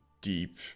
deep